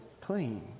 clean